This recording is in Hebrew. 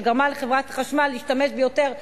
שגרמה לחברת החשמל להשתמש ביותר סולר,